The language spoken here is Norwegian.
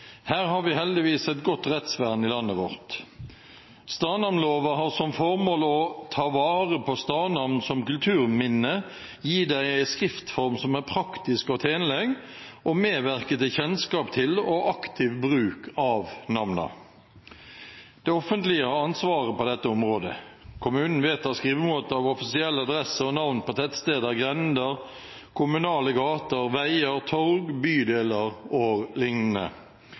Her har vi heldigvis et godt rettsvern i landet vårt. Stedsnavnloven har som formål å «ta vare på stadnamn som kulturminne, gi dei ei skriftform som er praktisk og tenleg, og medverke til kjennskap til og aktiv bruk av namna». Det offentlige har ansvaret på dette området. Kommunen vedtar skrivemåte av offisiell adresse og navn på tettsteder, grender, kommunale gater, veier, torg, bydeler